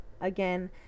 Again